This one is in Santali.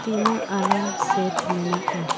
ᱛᱤᱱᱟᱹᱜ ᱮᱞᱟᱨᱢ ᱥᱮ ᱴ ᱢᱮᱱᱟᱜᱼᱟ